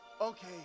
okay